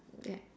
okay